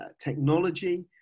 technology